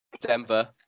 Denver